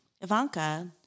Ivanka